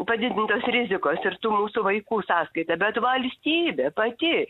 padidintos rizikos ir tų mūsų vaikų sąskaita bet valstybė pati